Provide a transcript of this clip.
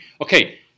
Okay